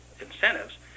incentives